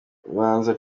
ibanza